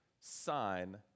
sign